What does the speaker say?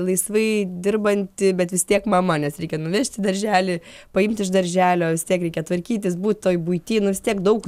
laisvai dirbanti bet vis tiek mama nes reikia nuvežti į darželį paimti iš darželio vis tiek reikia tvarkytis būt toj buity nors tiek daug